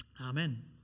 Amen